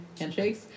handshakes